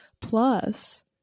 Plus